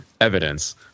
evidence